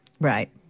Right